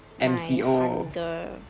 MCO